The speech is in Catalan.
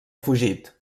fugit